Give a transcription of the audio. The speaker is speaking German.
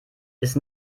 ist